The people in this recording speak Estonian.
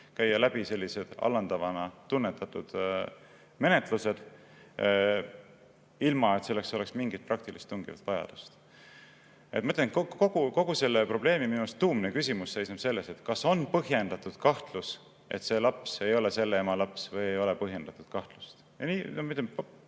käia läbi sellised alandavana tunnetatud menetlused, ilma et selleks oleks mingit praktilist tungivat vajadust? Ma ütlen, minu meelest kogu selle probleemi tuumne küsimus seisneb selles, kas on põhjendatud kahtlust, et see laps ei ole selle ema laps, või ei ole põhjendatud kahtlust.